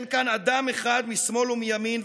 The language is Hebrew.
אין כאן אדם אחד משמאל ומימין,